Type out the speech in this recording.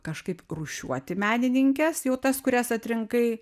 kažkaip rūšiuoti menininkes jau tas kurias atrinkai